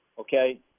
okay